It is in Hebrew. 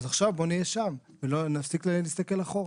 אז עכשיו בוא נהיה שם ונפסיק להסתכל אחורה.